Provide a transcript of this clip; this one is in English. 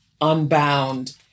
Unbound